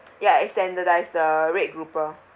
ya it's standardised the red grouper